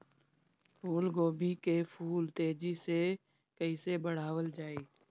फूल गोभी के फूल तेजी से कइसे बढ़ावल जाई?